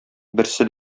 берсе